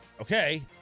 okay